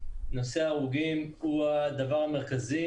נושא ההרוגים הוא הדבר המרכזי.